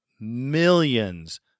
millions